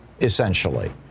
essentially